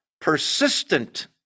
persistent